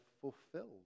fulfilled